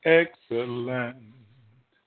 excellent